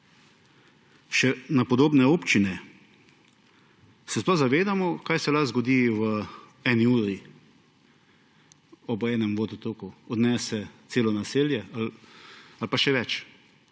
še na podobne občine. Se sploh zavedamo, kaj se lahko zgodi v eni uri ob enem vodotoku ‒ odnese celo naselje ali pa še več!